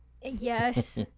Yes